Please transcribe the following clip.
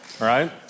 right